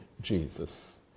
Jesus